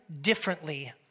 differently